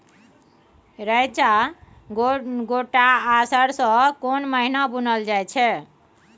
रेचा, गोट आ सरसो केना महिना बुनल जाय छै?